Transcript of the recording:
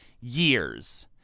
years